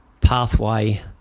pathway